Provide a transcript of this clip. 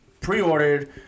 pre-ordered